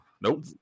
Nope